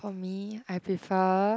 for me I prefer